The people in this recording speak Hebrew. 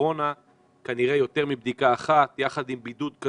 אני מסכימה לגמרי שצריך לראות איך מייצרים כאן מדיניות,